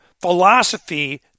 philosophy